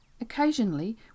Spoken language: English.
Occasionally